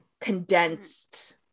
condensed